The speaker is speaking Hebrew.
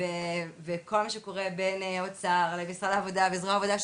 וכל מה שקורה בין האוצר למשרד העבודה וזרוע העבודה,